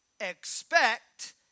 expect